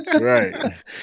Right